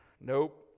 Nope